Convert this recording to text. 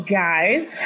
guys